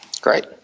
Great